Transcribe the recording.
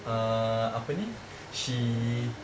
uh apa ni she